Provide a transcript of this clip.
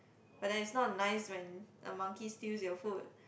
but that is not nice when the monkey steals your food